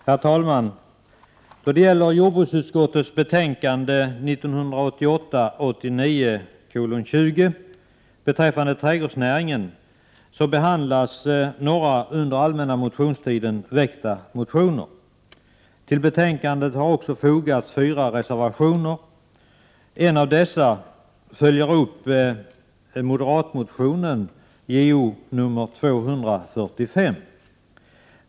Herr talman! I jordbruksutskottets betänkande 1988/89:20 beträffande trädgårdsnäringen behandlas några under den allmänna motionstiden väckta motioner. Till betänkandet har också fogats fyra reservationer. En av dessa följer upp moderatmotionen Jo245.